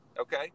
okay